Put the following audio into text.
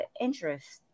interest